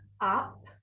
up